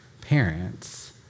parents